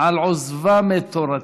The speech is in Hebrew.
"על עָזְבָם את תורתי".